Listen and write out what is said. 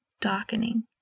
darkening